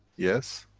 yes?